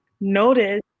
Notice